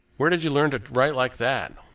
where did you learn to write like that?